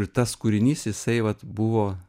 ir tas kūrinys jisai vat buvo